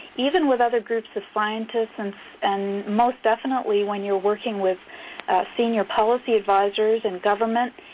even with other groups of scientists and so and most definitely when you're working with senior policy advisers in government,